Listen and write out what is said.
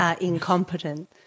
incompetent